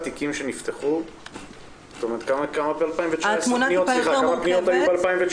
כמה פניות היו ב-2019?